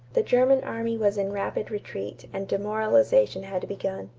the german army was in rapid retreat and demoralization had begun.